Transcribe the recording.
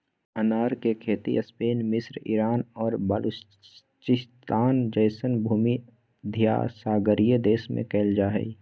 अनार के खेती स्पेन मिस्र ईरान और बलूचिस्तान जैसन भूमध्यसागरीय देश में कइल जा हइ